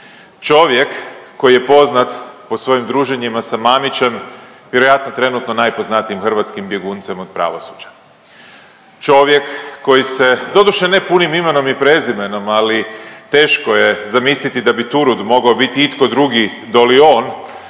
Čovjek koji je poznat po svojim druženjima sa Mamićem vjerojatno trenutno najpoznatijim hrvatskim bjeguncem od pravosuđa. Čovjek koji se doduše ne punim imenom i prezimenom, ali teško je zamisliti da bi turud mogao biti itko drugi doli on,